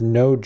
no